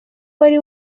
wari